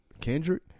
Kendrick